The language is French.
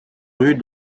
rues